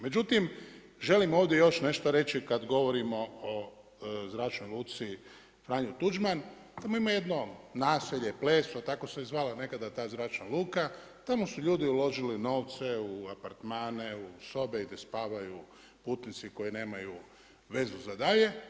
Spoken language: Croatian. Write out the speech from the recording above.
Međutim, želim ovdje još nešto reći kada govorimo o Zračnoj luci Franjo Tuđman, tamo ima jedno naselje, Pleso, tako se je i zvala nekada ta zračna luka, tamo su ljudi uložili novce u apartmane, u sobe i gdje spavaju putnici koji nemaju vezu za dalje.